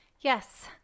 Yes